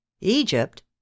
Egypt